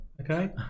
Okay